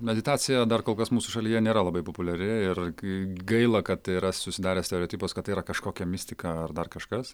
meditacija dar kol kas mūsų šalyje nėra labai populiari ir kai gaila kad yra susidaręs stereotipas kad tai yra kažkokia mistika ar dar kažkas